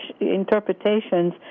interpretations